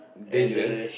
dangerous